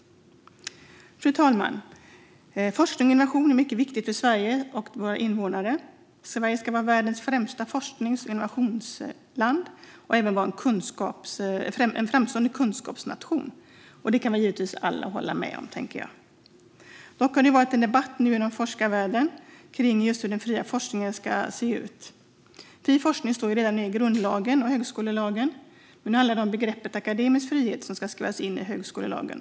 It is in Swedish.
Fru talman! Forskning och innovation är mycket viktigt för Sverige och våra invånare. Sverige ska vara världens främsta forsknings och innovationsland och även vara en framstående kunskapsnation. Det tänker jag att alla kan hålla med om. Dock har det varit en debatt inom forskarvärlden kring hur den fria forskningen ska se ut. Forskningens frihet står redan inskriven i både grundlagen och högskolelagen. Nu handlar det om begreppet "akademisk frihet" som ska skrivas in i högskolelagen.